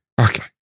okay